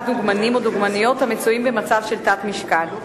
דוגמנים או דוגמניות המצויים במצב של תת-משקל.